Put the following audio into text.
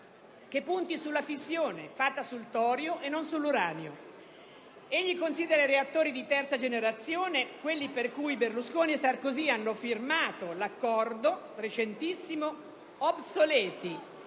che punti sulla fissione fatta sul torio e non sull'uranio. Rubbia considera i reattori di terza generazione - ossia quelli per cui Berlusconi e Sarkozy hanno firmato il recentissimo accordo